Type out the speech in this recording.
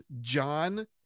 John